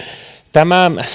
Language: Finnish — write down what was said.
tämä